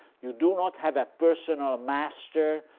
you do not have a personal master.